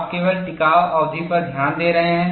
आप केवल टिकाव अवधि पर ध्यान दे रहे हैं